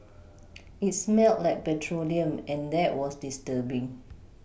it smelt like petroleum and that was disturbing